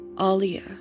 Alia